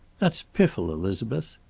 that's piffle, elizabeth.